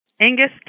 Angus